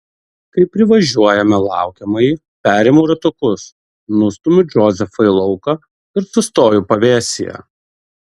kai privažiuojame laukiamąjį perimu ratukus nustumiu džozefą į lauką ir sustoju pavėsyje